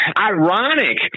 ironic